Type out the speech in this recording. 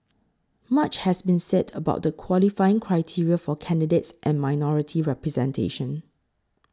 much has been said about the qualifying criteria for candidates and minority representation